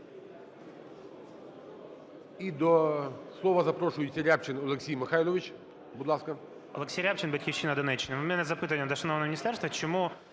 І до слова запрошується Рябчин Олексій Михайлович. Будь ласка.